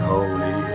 Holy